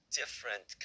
different